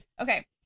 Okay